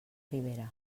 ribera